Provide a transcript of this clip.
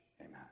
Amen